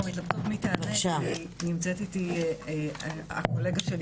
אנחנו מתלבטות מי תענה כי נמצאת איתי הקולגה שלי,